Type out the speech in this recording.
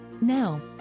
Now